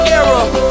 era